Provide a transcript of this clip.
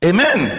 Amen